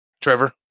Trevor